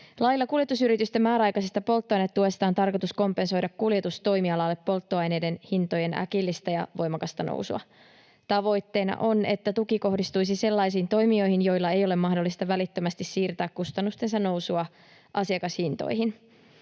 Lailla kuljetusyritysten määräaikaisesta polttoainetuesta on tarkoitus kompensoida kuljetustoimialalle polttoaineiden hintojen äkillistä ja voimakasta nousua. Tavoitteena on, että tuki kohdistuisi sellaisiin toimijoihin, joilla ei ole mahdollista välittömästi siirtää kustannustensa nousua asiakashintoihin.